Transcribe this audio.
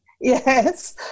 Yes